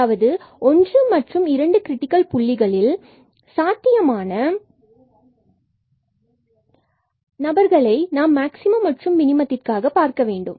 அதாவது ஒன்று மற்றும் இரண்டு கிரிட்டிக்கல் புள்ளிகளில் சாத்தியமான நபர்களை நாம் மேக்ஸிமம் மற்றும் மினிமம் பார்க்க வேண்டும்